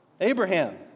Abraham